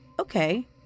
Okay